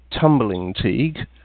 Tumbling-Teague